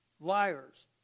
liars